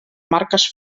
marques